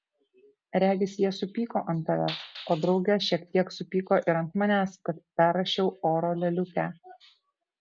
regis jie supyko ant tavęs o drauge šiek tiek supyko ir ant manęs kad perrašiau oro lėliukę